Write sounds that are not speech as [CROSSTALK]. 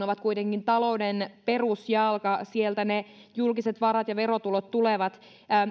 [UNINTELLIGIBLE] ovat kuitenkin talouden perusjalka sieltä ne julkiset varat ja verotulot tulevat